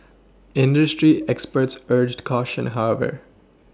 industry experts urged caution however